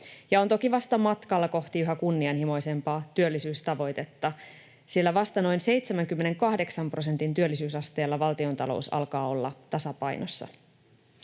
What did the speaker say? ja on toki vasta matkalla kohti yhä kunnianhimoisempaa työllisyystavoitetta, sillä vasta noin 78 prosentin työllisyysasteella valtiontalous alkaa olla tasapainossa.